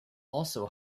also